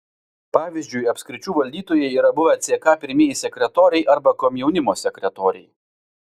pavyzdžiui apskričių valdytojai yra buvę ck pirmieji sekretoriai arba komjaunimo sekretoriai